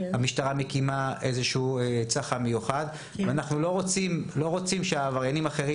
המשטרה מקימה איזשהו צח"מ מיוחד ואנחנו לא רוצים שעבריינים אחרים